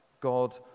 God